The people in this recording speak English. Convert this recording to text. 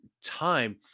time